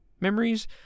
memories